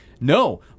no